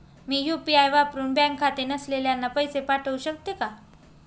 मी UPI वापरुन bank खाते नसलेल्यांना पैसे पाठवू शकते का?